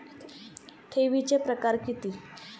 ठेवीचे प्रकार किती?